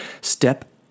step